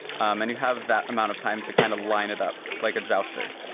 um and you have that amount of time to kind of line it up like a jouster.